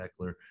eckler